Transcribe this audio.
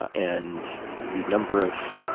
and the number of